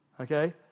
Okay